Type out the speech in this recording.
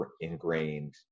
ingrained